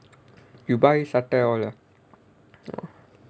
you buy sattai